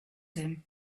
him